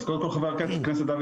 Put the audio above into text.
אז קודם כל חבר הכנסת דוידסון,